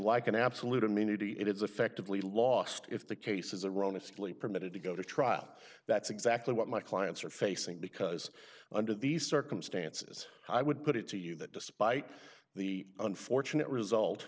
like an absolute immunity it is effectively lost if the case is a wrong a sickly permitted to go to trial that's exactly what my clients are facing because under these circumstances i would put it to you that despite the unfortunate result